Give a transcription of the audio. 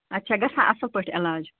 اَتہِ چھا گژھان اَصٕل پٲٹھۍ علاج